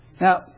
now